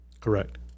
Correct